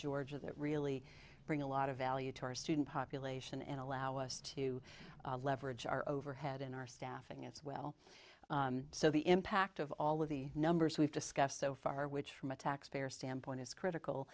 georgia that really bring a lot of value to our student population and allow us to leverage our overhead in our staffing as well so the impact of all of the numbers we've discussed so far which from a taxpayer standpoint is critical